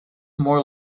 more